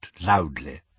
loudly